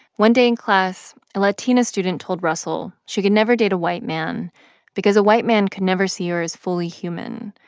one day in class, a latina student told russell she can never date a white man because a white man could never see her as fully human,